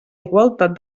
igualtat